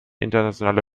internationale